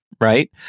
right